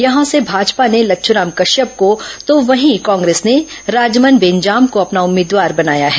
यहां से भाजपा ने लच्छ्राम कश्यप को तो वहीं कांग्रेस ने राजमन बेंजाम को अपना उम्मीदवार बनाया है